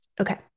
Okay